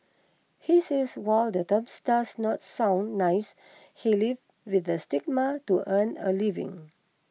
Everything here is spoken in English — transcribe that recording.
he says while the term does not sound nice he lives with the stigma to earn a living